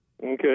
Okay